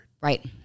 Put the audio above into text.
Right